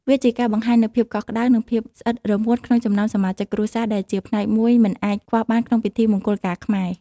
វាជាការបង្ហាញនូវភាពកក់ក្តៅ និងភាពស្អិតរមួតក្នុងចំណោមសមាជិកគ្រួសារ ដែលជាផ្នែកមួយមិនអាចខ្វះបានក្នុងពិធីមង្គលការខ្មែរ។